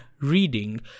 reading